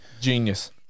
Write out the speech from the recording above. Genius